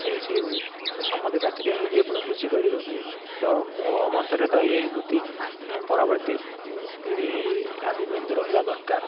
ସେ ସେହିଭଳି ତ ସମସ୍ତେ ଚାକିରିଆ ହେଇଯିବେ ଫୁଣି କୃଷି କରିବ କିଏ ତ ମୋ ମତରେ ତ ଏହି ବୃତ୍ତି ପରବର୍ତ୍ତୀ ପିଢ଼ି ଆଗକୁ ଏମିତି ରହିବା ଦରକାର